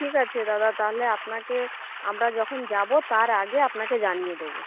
ঠিক আছে দাদা তাহলে আপনাকে আমরা যখন যাব তার আগে আপনাকে জানিয়ে দেবো